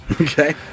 Okay